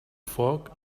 foc